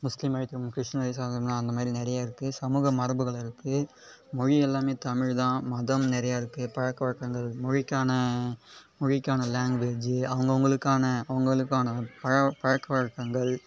முஸ்லீம் வழி திருமணம் கிறிஸ்ட்டீன் வழி திருமணம் அந்தமாதிரி நிறைய இருக்குது சமூக மரபுகள் இருக்குது மொழி எல்லாமே தமிழ் தான் மதம் நிறைய இருக்குது பழக்க வழக்கங்கள் மொழிக்கான மொழிக்கான லேங்குவேஜ் அவங்கவங்களுக்கான அவங்களுக்கான பழ பழக்க வழக்கங்கள்